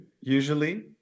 usually